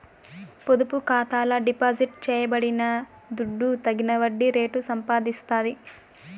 పొదుపు ఖాతాల డిపాజిట్ చేయబడిన దుడ్డు తగిన వడ్డీ రేటు సంపాదిస్తాది